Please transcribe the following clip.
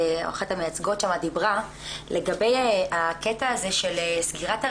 אחת המייצגות שם דיברה לגבי הקטע הזה של סגירת הראיות,